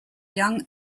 young